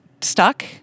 stuck